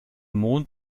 mond